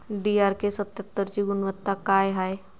DRK सत्यात्तरची गुनवत्ता काय हाय?